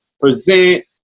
present